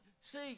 see